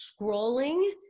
scrolling